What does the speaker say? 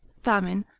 famine,